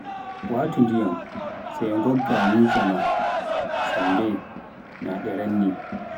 waɗu ndiyam sai ngogga nyitche ma sembe naa ɗe ranni tas.